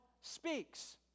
speaks